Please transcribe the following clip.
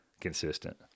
consistent